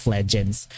Legends